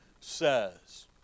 says